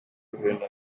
guverinoma